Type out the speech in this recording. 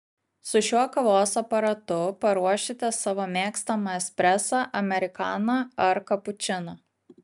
su šiuo kavos aparatu paruošite savo mėgstamą espresą amerikaną ar kapučiną